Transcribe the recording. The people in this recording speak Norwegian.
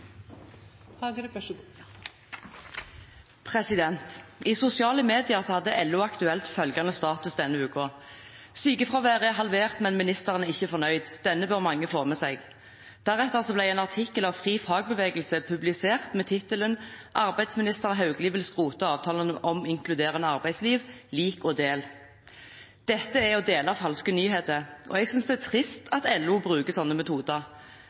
halvert, men ministeren er ikke fornøyd! Denne bør mange få med seg. Deretter ble en artikkel av FriFagbevegelse publisert, med tittelen: Arbeidsminister Hauglie vil skrote avtalen om inkluderende arbeidsliv – lik og del. Dette er å dele falske nyheter, og jeg synes det er trist at LO bruker slike metoder.